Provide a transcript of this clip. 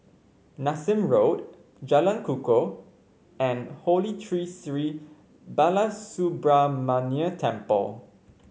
Nassim Road Jalan Kukoh and Holy Tree Sri Balasubramaniar Temple